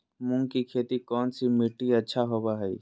मूंग की खेती कौन सी मिट्टी अच्छा होबो हाय?